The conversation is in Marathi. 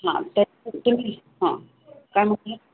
हां त्याचसाठी मी हां काय म्हटलात